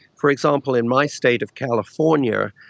for example, in my state of california,